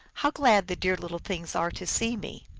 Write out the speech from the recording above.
how glad the dear little things are to see me.